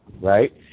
Right